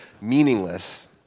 meaningless